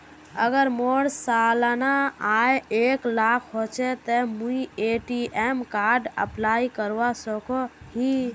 अगर मोर सालाना आय एक लाख होचे ते मुई ए.टी.एम कार्ड अप्लाई करवा सकोहो ही?